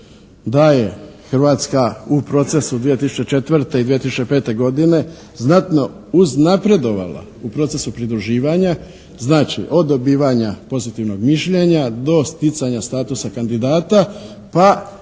da je Hrvatska u procesu 2004. i 2005. godine znatno uznapredovala, u procesu pridruživanja znači od dobivanja pozitivnog mišljenja do sticanja statusa kandidata pa